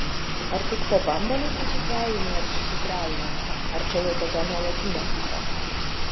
ar tik po bambalio susidvejini ir susitrejini ar čia jau tokia nuolatinė būsena